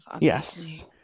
yes